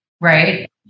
right